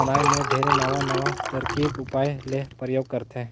बनाए मे ढेरे नवां नवां तरकीब उपाय ले परयोग करथे